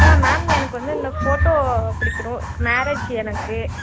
ஆ ma'am எனக்கு வந்து இந்த ஃபோட்டோ பிடிக்கணும் மேரேஜ் எனக்கு